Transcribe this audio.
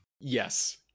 Yes